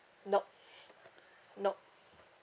nop nop